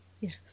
yes